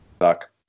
suck